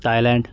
Thailand